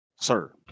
Sir